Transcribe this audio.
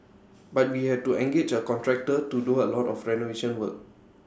but we had to engage A contractor to do A lot of renovation work